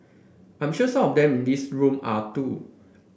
I'm sure some of them in this room are too